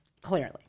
Clearly